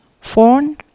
Phone